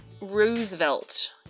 Roosevelt